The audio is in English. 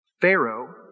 Pharaoh